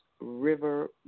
River